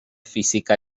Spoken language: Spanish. física